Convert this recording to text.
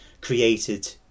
created